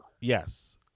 Yes